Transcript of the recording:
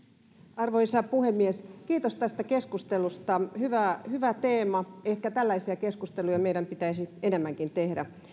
arvoisa puhemies kiitos tästä keskustelusta hyvä teema ehkä tällaisia keskusteluja meidän pitäisi enemmänkin